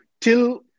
till